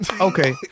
Okay